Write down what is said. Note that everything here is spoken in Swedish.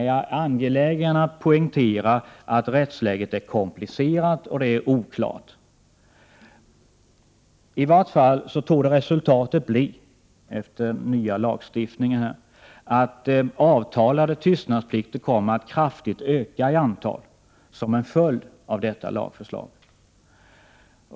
Jag är angelägen om att poängtera att rättsläget är komplicerat och oklart. I vart fall torde resultatet bli, efter det att den nya lagstiftningen trätt i kraft, att avtalade tystnadsplikter kommer att kraftigt öka i antal som en följd av detta lagförslag.